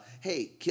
hey